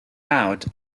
out